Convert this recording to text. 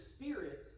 spirit